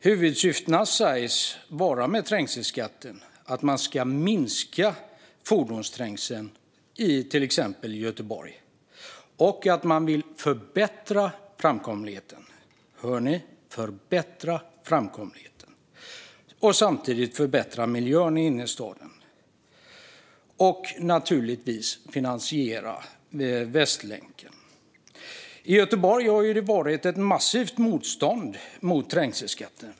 Huvudsyftena med trängselskatten sägs vara att minska fordonsträngseln i till exempel Göteborg och att man vill förbättra framkomligheten - hör ni: förbättra framkomligheten - och samtidigt förbättra miljön i innerstaden och naturligtvis finansiera Västlänken. I Göteborg har det varit ett massivt motstånd mot trängselskatten.